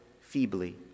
feebly